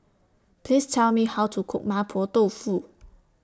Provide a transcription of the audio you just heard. Please Tell Me How to Cook Mapo Tofu